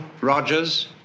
Rogers